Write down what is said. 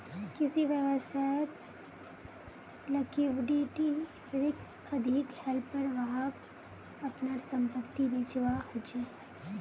किसी व्यवसायत लिक्विडिटी रिक्स अधिक हलेपर वहाक अपनार संपत्ति बेचवा ह छ